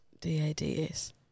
D-A-D-S